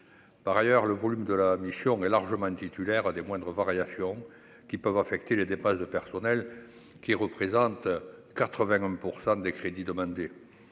par ailleurs, le volume de la mission est largement titulaire des moindres variations qui peuvent affecter les dépenses de personnel qui représentent 80 % des crédits demandés